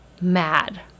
mad